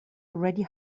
already